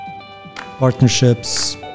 Partnerships